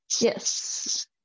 yes